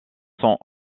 sont